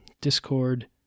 discord